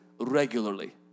regularly